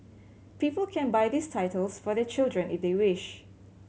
people can buy these titles for their children if they wish